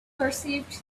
perceived